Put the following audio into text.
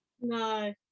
No